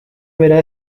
bera